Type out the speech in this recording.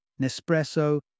Nespresso